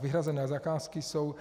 Vyhrazené zakázky jsou